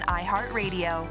iHeartRadio